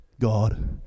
God